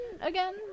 again